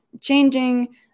changing